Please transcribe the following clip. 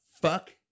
fuck